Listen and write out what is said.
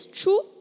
true